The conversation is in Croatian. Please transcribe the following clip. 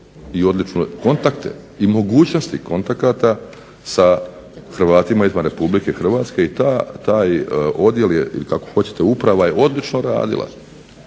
i odlične kontakte i mogućnosti kontakata sa Hrvatima izvan RH i taj odjel je, ili kako hoćete uprava je odlično radila